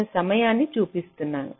నేను సమయాన్ని చూపిస్తున్నాను